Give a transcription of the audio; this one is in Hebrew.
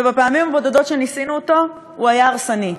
ובפעמים הבודדות שניסינו אותו הוא היה הרסני,